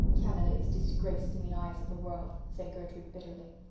canada is disgraced in the eyes of the world said gertrude bitterly.